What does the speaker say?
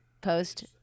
post